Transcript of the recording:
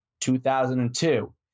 2002